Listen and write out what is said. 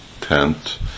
tent